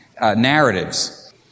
narratives